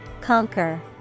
Conquer